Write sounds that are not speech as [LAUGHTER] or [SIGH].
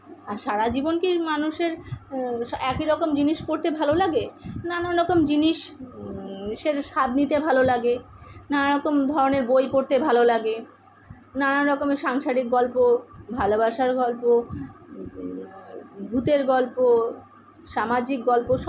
লাইব্রেরিতে গিয়ে বই পড়ি সেখানে আবার সময় মতন বই নিয়ে আসি বই নিয়ে এসে আবার বই পড়ে তার সেই বই আবার সময় মতন জমা দিয়ে আসি আবার বই পড়া হয়ে গেলে আবার নতুন আর একটা বই নিয়ে আসি [UNINTELLIGIBLE] ভালোই লাগে লাইব্রেরিতে গিয়ে পড়তে বা লাইব্রেরি থেকে বই নিয়ে আসা দিয়ে আসা করতে আমাম বেশ ভালোই লাগে